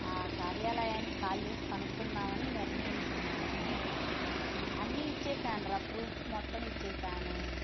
ఆ కార్యాలయానికి కాల్ చేసి కనుక్కుందాం అని నిర్ణయించుకున్నాను అన్నీ ఇచ్చేశానురా ప్రూఫ్స్ మొత్తం ఇచ్చేశాను